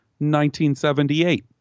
1978